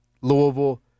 Louisville